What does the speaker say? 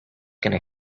gonna